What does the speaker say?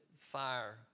fire